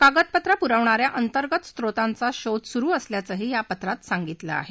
कागदपत्रं पुरवणा या अंतर्गत स्त्रोतांचा शोध सुरु असल्याचंही या पत्रात सांगितलं आहे